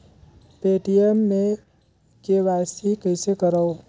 Paytm मे KYC कइसे करव?